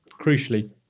Crucially